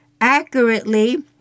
accurately